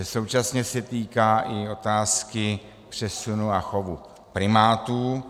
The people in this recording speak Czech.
Současně se týká i otázky přesunu a chovu primátů.